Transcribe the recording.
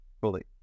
fully